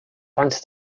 fans